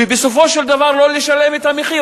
ובסופו של דבר לא לשלם את המחיר,